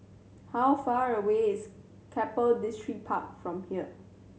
how far away is Keppel Distripark from here